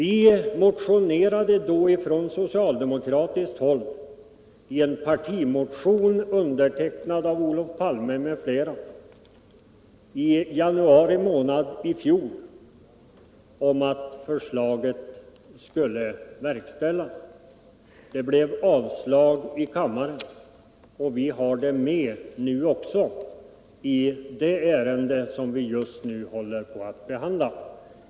I en partimotion, undertecknad av Olof Palme m.fl., motionerade vi socialdemokrater i januari månad i fjol om att förslaget skulle verkställas. Vi har kravet med nu också i ett av de förslag som just nu behandlas.